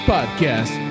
Podcast